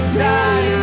die